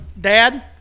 Dad